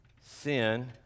Sin